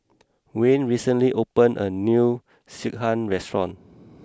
Wayne recently opened a new Sekihan restaurant